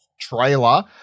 trailer